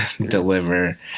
deliver